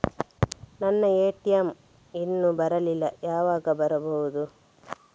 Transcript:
ನನ್ನ ಎ.ಟಿ.ಎಂ ಇನ್ನು ಬರಲಿಲ್ಲ, ಯಾವಾಗ ಬರಬಹುದು?